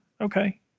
okay